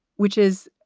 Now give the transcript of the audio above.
which is